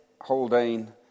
Haldane